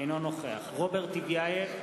אינו נוכח רוברט טיבייב,